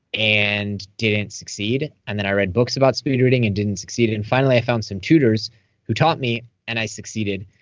and didn't succeed. and then i read books about speed reading and didn't succeed. and finally, i found some tutors who taught me and i succeeded,